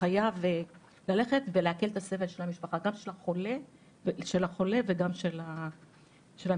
חייבים ללכת ולהקל על הסבל של החולה וגם של המשפחה.